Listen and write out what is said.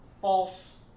false